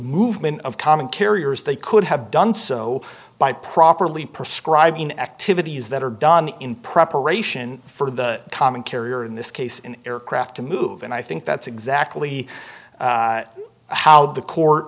movement of common carriers they could have done so by properly prescribe in activities that are done in preparation for the common carrier in this case in aircraft to move and i think that's exactly how the court